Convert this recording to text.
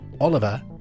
Oliver